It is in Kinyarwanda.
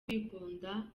kwikunda